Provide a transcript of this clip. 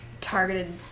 targeted